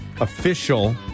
official